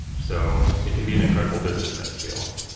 so it can be an incredible business at scale.